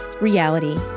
reality